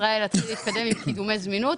ישראל להתחיל להתקדם עם קידומי זמינות.